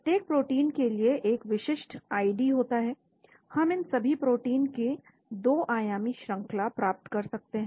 प्रत्येक प्रोटीन के लिए एक विशिष्ट आईडी होती है हम इन सभी प्रोटीन के 2 आयामी श्रंखला प्राप्त कर सकते हैं